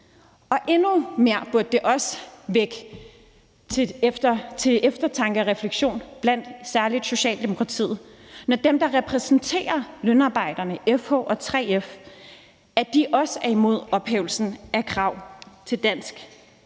Endnu mere burde det også vække til eftertanke og refleksion, i særlig Socialdemokratiet, når dem, der repræsenterer lønarbejderne, FH og 3F, også er imod ophævelsen af krav til dansk